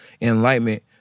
enlightenment